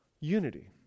unity